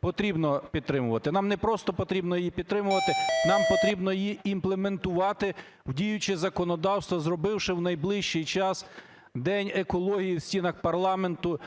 потрібно підтримувати. Нам не просто потрібно її підтримувати, нам потрібно її імплементувати в діюче законодавство, зробивши в найближчий час день екології в стінах парламенту.